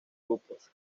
grupos